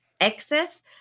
access